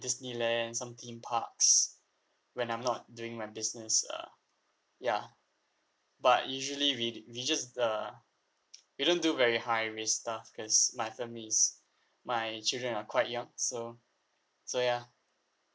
disneyland some theme parks when I'm not doing my business uh ya but usually we we just uh we don't do very high risk stuff because my family is my children are quite young so so ya